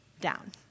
down